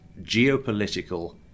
geopolitical